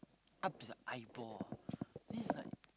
up to their eyeball ah this is like